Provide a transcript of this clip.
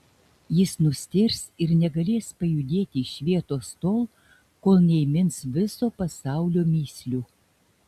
jis nustėrs ir negalės pajudėti iš vietos tol kol neįmins viso pasaulio mįslių